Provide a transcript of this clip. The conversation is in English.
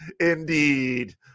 indeed